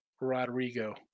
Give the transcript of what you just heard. Rodrigo